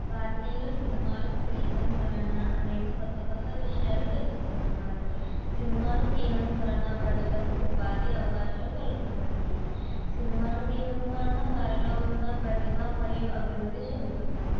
భారతీయుల సినిమాలు సంగీతం వలన అనేక క్రొత్త క్రొత్త విషయాలు తెలుసుకుంటున్నారు సినిమాలు తీయడం వలన ప్రజలకు ఉపాధి అవకాశాలు కలుగుతున్నాయి సినిమాలు తీయడం వలన వారిలో ఉన్న ప్రతిభ మరియు అభివృద్ధి చెందుతున్నారు